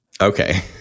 Okay